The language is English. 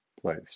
place